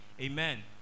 Amen